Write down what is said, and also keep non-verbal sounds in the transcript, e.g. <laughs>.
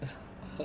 <laughs>